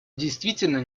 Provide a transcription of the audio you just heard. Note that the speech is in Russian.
действительно